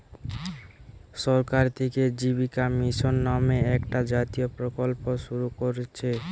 সরকার থিকে জীবিকা মিশন নামে একটা জাতীয় প্রকল্প শুরু কোরছে